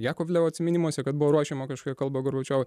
jakovlevo atsiminimuose kad buvo ruošiama kažkia kalba gorbačiovui